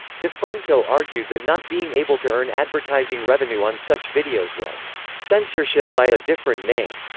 defranco argued that not being able to earn advertising revenue on such videos was censorship by a different name.